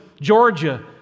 Georgia